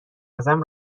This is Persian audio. ازم